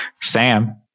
Sam